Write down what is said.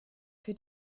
für